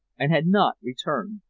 and had not returned.